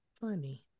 funny